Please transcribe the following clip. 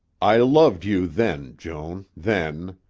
i loved you then, joan, then.